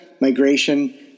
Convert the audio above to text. migration